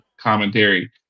commentary